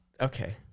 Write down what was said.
Okay